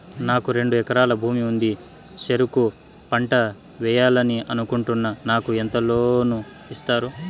నాకు రెండు ఎకరాల భూమి ఉంది, చెరుకు పంట వేయాలని అనుకుంటున్నా, నాకు ఎంత లోను ఇస్తారు?